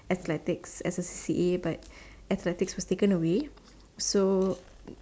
athletics as A C_C_A but athletics was taken away so